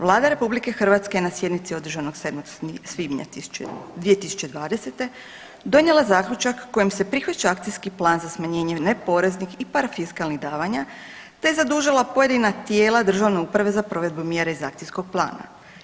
Vlada RH je na sjednici održanoj 7. svibnja 2020. donijela zaključak kojim se prihvaća akcijski plan za smanjenjem neporeznih i parafiskalnih davanja te zadužila pojedina tijela državne uprave za provedbu mjere iz akcijskog plana.